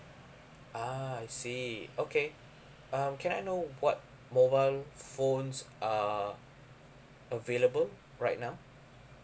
ah I see okay um can I know what mobile phones are available right now